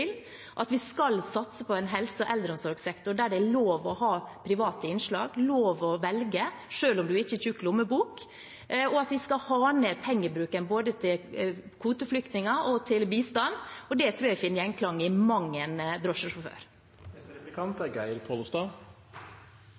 at vi skal satse på en helse- og eldreomsorgssektor der det er lov å ha private innslag, lov å velge, selv om man ikke har tjukk lommebok, og at vi skal ha ned pengebruken både til kvoteflyktninger og bistand. Det tror jeg vinner gjenklang i mang en drosjesjåfør. Representanten Listhaug snakka i sitt innlegg om grensehandel og avgifter. Er